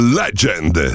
legend